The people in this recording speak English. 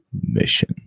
mission